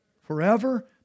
Forever